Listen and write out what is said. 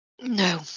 No